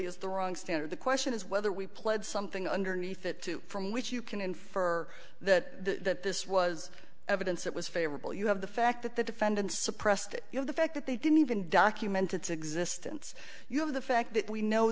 is the wrong standard the question is whether we pled something underneath it to from which you can infer that this was evidence that was favorable you have the fact that the defendant suppressed it you know the fact that they didn't even document its existence you have the fact that we know